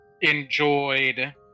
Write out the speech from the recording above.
enjoyed